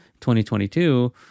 2022